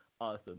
awesome